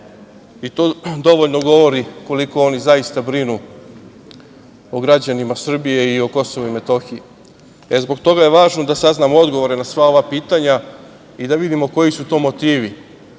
To dovoljno govori koliko oni zaista brinu o građanima Srbije i o KiM.Zbog toga je važno da saznamo odgovore na sva ova pitanja i da vidimo koji su to motivi.